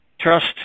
trust